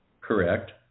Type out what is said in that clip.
Correct